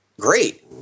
great